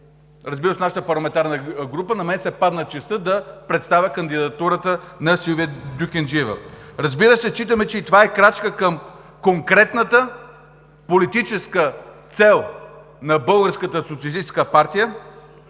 считаме, че и това е крачка към конкретната политическа цел на „Българската социалистическа партия“,